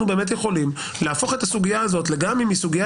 באמת יכולים להפוך את הסוגייה הזאת כאשר גם אם הוא סוגיה